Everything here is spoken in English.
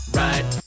right